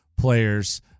players